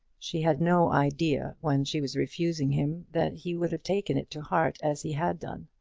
she had no idea when she was refusing him that he would have taken it to heart as he had done.